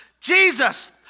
Jesus